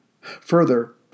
Further